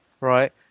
right